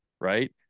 right